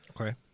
okay